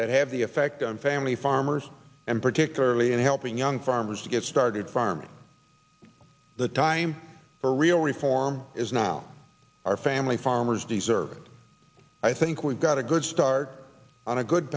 that have the effect on family farmers and particularly in helping young farmers to get started farming the time for real reform is now our family farmers deserve it i think we've got a good start on a good